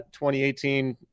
2018